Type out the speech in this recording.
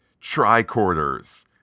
tricorders